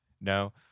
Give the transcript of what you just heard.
No